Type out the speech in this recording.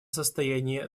состоянии